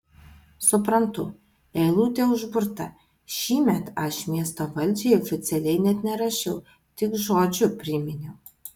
suprantu eilutė užburta šįmet aš miesto valdžiai oficialiai net nerašiau tik žodžiu priminiau